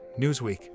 Newsweek